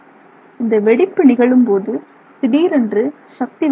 இந்த வெடிப்பு நிகழும்போது திடீரென்று சக்தி வெளிப்படுகிறது